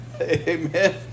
Amen